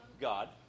God